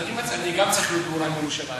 וגם אני צריך להיות באולם "ירושלים",